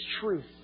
truth